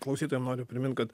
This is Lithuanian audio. klausytojam noriu primint kad